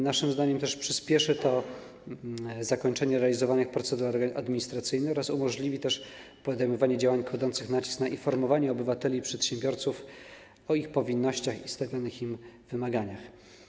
Naszym zdaniem przyspieszy to też zakończenie realizowanych procedur administracyjnych oraz umożliwi podejmowanie działań kładących nacisk na informowanie obywateli i przedsiębiorców o ich powinnościach i stawianych im wymaganiach.